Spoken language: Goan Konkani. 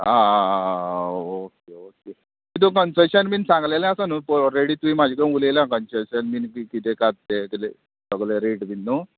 आ ओके ओके तितू कन्सेशन बीन सांगलेलें आसा न्हू पळय ऑलरेडी तुमी म्हाजेक उलयल्या कन्सेशन बीन बी कितें कात तें किदें सगलें रेट बीन न्हू